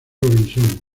robinson